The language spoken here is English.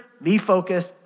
me-focused